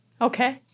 Okay